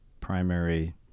primary